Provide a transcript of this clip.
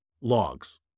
logs